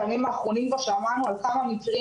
בימים האחרונים כבר שמענו על כמה מקרים,